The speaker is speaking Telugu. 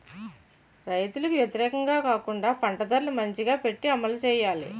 రైతులకు వ్యతిరేకంగా కాకుండా పంట ధరలు మంచిగా పెట్టి అమలు చేయాలి